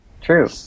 True